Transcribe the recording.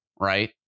right